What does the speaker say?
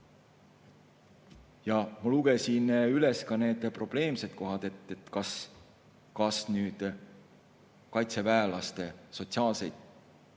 Ma lugesin üles ka need probleemsed kohad. Kas kaitseväelaste sotsiaalseid